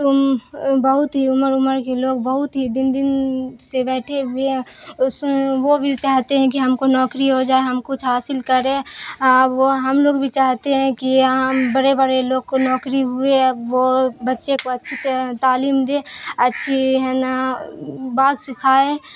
بہت ہی عمر عمر کے لوگ بہت ہی دن دن سے بیٹھے ہوئے اس وہ بھی چاہتے ہیں کہ ہم کو نوکری ہو جائے ہم کچھ حاصل کرے اور وہ ہم لوگ بھی چاہتے ہیں کہ ہاں بڑے بڑے لوگ کو نوکری ہوئے وہ بچے کو اچھی تعلیم دے اچھی ہے نا بات سکھائے